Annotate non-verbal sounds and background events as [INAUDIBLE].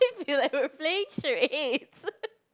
[LAUGHS] feel like we are playing charades